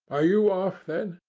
are you off, then?